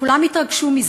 וכולם התרגשו מזה.